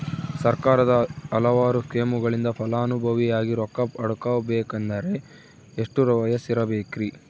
ಸರ್ಕಾರದ ಹಲವಾರು ಸ್ಕೇಮುಗಳಿಂದ ಫಲಾನುಭವಿಯಾಗಿ ರೊಕ್ಕ ಪಡಕೊಬೇಕಂದರೆ ಎಷ್ಟು ವಯಸ್ಸಿರಬೇಕ್ರಿ?